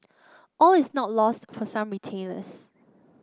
all is not lost for some retailers